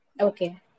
Okay